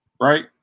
right